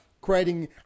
creating